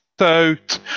Out